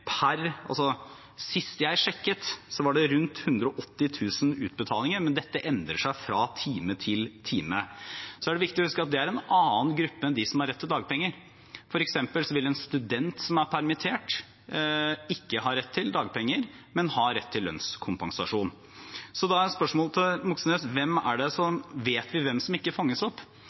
Sist jeg sjekket var det rundt 180 000 utbetalinger, men dette endrer seg fra time til time. Det er viktig å huske at dette er en annen gruppe enn de som har rett til dagpenger. For eksempel vil en student som er permittert, ikke ha rett til dagpenger, men ha rett til lønnskompensasjon. Så stiller Moxnes spørsmålet: Vet vi hvem som ikke fanges opp? Nei, vi vet ikke